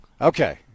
Okay